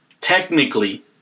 Technically